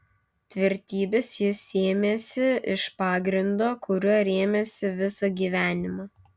tvirtybės jis sėmėsi iš pagrindo kuriuo rėmėsi visą gyvenimą